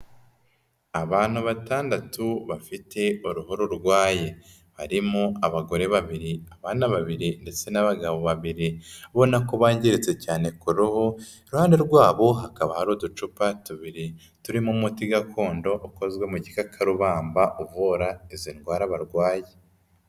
Abantu batandatu bafite uruhu rurwaye. Harimo abagore babiri, abana babiri ndetse n'abagabo babiri ubona ko bangiritse cyane ku ruhu, iruhande rwabo hakaba hari uducupa tubiri turimo umuti gakondo ukozwe mu gikakarubamba uvura izi ndwara barwaye.